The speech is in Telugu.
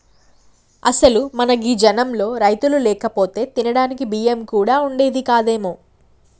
అసలు మన గీ జనంలో రైతులు లేకపోతే తినడానికి బియ్యం కూడా వుండేది కాదేమో